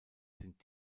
sind